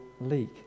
leak